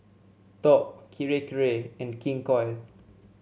Top Kirei Kirei and King Koil